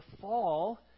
fall